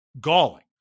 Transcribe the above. galling